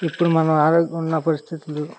ఇప్పుడు మనం ఆరో ఉన్న పరిస్థితులు